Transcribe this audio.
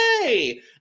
yay